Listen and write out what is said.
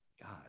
god